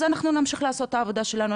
אז אנחנו נמשיך לעשות את העבודה שלנו,